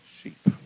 sheep